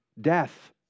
Death